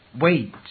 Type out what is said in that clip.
wait